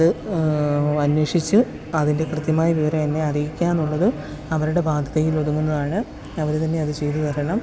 അത് അന്വേഷിച്ച് അതിന്റെ കൃത്യമായ വിവരം എന്നെ അറിയിക്കുകയെന്നുള്ളത് അവരുടെ ബാധ്യതയില് ഒതുങ്ങുന്നതാണ് അവർ തന്നെ അത് ചെയ്ത് തരണം